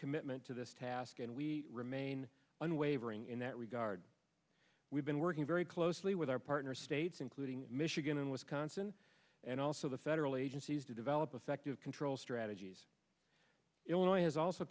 commitment to this task and we remain unwavering in that we we've been working very closely with our partner states including michigan and wisconsin and also the federal agencies to develop effective control strategies illinois has also